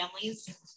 families